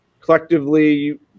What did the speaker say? collectively